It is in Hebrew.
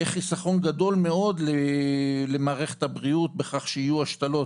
יהיה חיסכון גדול מאוד למערכת הבריאות בכך שיהיו השתלות,